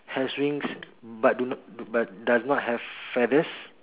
has wings but do not but does not have feathers